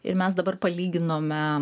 ir mes dabar palyginome